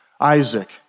Isaac